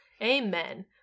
Amen